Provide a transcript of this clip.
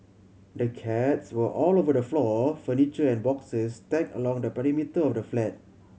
the cats were all over the floor furniture and boxes stacked along the perimeter of the flat